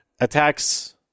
attacks